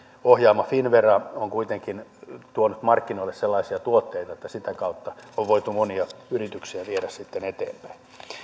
ohjaama finnvera on kuitenkin tuonut markkinoille sellaisia tuotteita että sitä kautta on voitu monia yrityksiä viedä eteenpäin